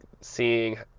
seeing